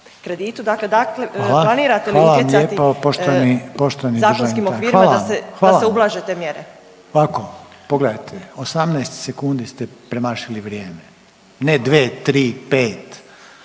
(HDZ)** Hvala, hvala. Ovako pogledajte 18 sekundi ste premašili vrijeme, ne dve, tri, pet